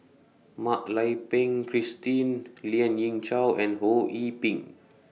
Mak Lai Peng Christine Lien Ying Chow and Ho Yee Ping